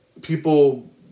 people